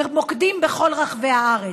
במוקדים בכל רחבי הארץ.